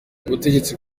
butegetsi